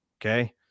okay